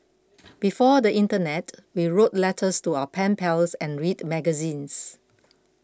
before the internet we wrote letters to our pen pals and read magazines